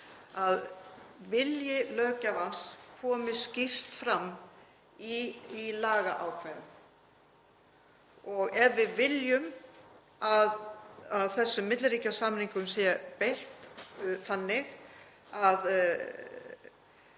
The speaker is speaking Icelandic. að vilji löggjafans komi skýrt fram í lagaákvæðum. Og ef við viljum að þessum milliríkjasamningum sé ekki beitt